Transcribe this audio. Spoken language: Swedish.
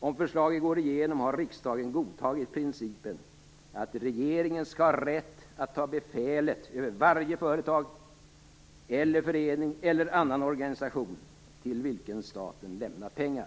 Om förslaget går igenom har riksdagen godtagit principen att regeringen skall ha rätt att ta befälet över varje företag, förening eller annan organisation till vilken staten lämnat pengar.